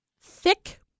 thick